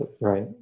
right